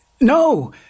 No